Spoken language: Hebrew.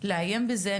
לעיין בזה.